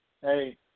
Hey